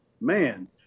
man